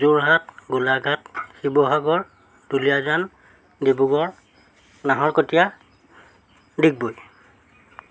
Jorhat Golaghat Sivasagar Duliajan Dibrugarh Naharkatia Digboi